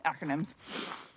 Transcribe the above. acronyms